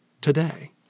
today